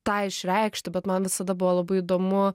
tą išreikšti bet man visada buvo labai įdomu